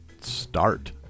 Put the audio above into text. start